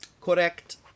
Correct